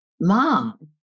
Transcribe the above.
Mom